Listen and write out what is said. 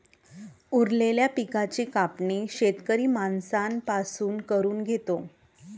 उरलेल्या पिकाची कापणी शेतकरी माणसां पासून करून घेतो